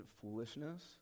foolishness